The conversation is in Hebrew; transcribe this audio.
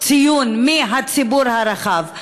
ציון מהציבור הרחב.